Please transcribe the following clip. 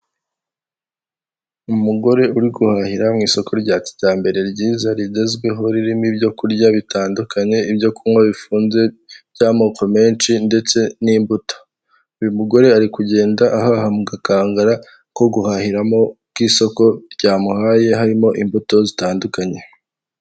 Umugore uri guhahira mu isoko rya kijyambere ryiza rigezweho ririmo ibyo kurya bitandukanye, ibyo kunywa bifunze by'amoko menshi ndetse n'imbuto, uyu mugore ari kugenda ahaha mu gakangara ko guhahiramo k'isoko ryamuhaye harimo imbuto zitandukanye.